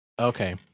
Okay